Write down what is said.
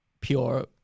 pure